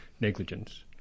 negligence